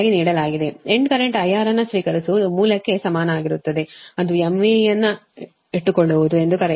end current IR ಅನ್ನು ಸ್ವೀಕರಿಸುವುದು ಮೂಲಕ್ಕೆ ಸಮಾನವಾಗಿರುತ್ತದೆ ಅದು MVA ಅನ್ನು ಇಟ್ಟುಕೊಳ್ಳುವುದು ಎಂದು ಕರೆಯುವ